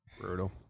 Brutal